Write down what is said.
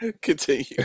Continue